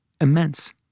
immense